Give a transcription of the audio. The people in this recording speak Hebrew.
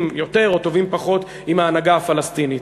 יותר או טובים פחות עם ההנהגה הפלסטינית.